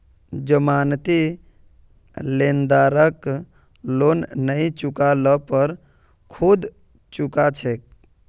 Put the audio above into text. जमानती लेनदारक लोन नई चुका ल पर खुद चुका छेक